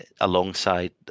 alongside